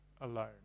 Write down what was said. alone